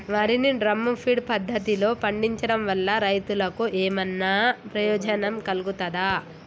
వరి ని drum feed పద్ధతిలో పండించడం వల్ల రైతులకు ఏమన్నా ప్రయోజనం కలుగుతదా?